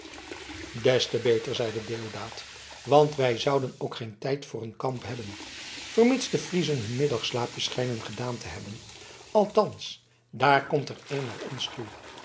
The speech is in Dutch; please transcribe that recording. des te beter zeide deodaat want wij zouden ook geen tijd voor een kamp hebben vermits de friezen hun middagslaapje schijnen gedaan te hebben althans daar komt er een naar ons toe